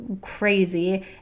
crazy